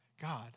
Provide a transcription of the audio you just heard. God